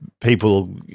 people